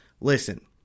Listen